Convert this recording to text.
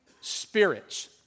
spirits